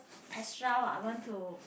extra what I want to